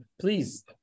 please